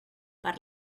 per